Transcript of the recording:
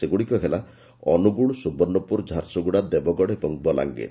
ସେଗୁଡ଼ିକ ହେଲା ଅନୁଗୁଳ ସୁବର୍ଷପୁର ଝାରସୁଗୁଡ଼ା ଦେବଗଡ଼ ଏବଂ ବଲାଙ୍ଗିର